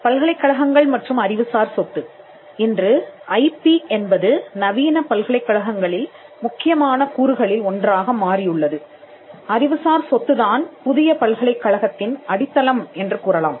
பல்கலைக்கழகங்கள் மற்றும் அறிவுசார் சொத்து இன்று ஐபி என்பது நவீன பல்கலைக்கழகங்களில் முக்கியமான கூறுகளில் ஒன்றாக மாறியுள்ளது அறிவுசார் சொத்து தான் புதிய பல்கலைக்கழகத்தின் அடித்தளம் என்று கூறலாம்